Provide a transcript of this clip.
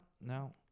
no